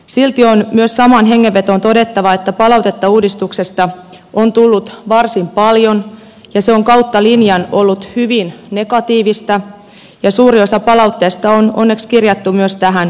silti on myös samaan hengenvetoon todettava että palautetta uudistuksesta on tullut varsin paljon ja se on kautta linjan ollut hyvin negatiivista ja suuri osa palautteesta on onneksi kirjattu myös tähän selontekoon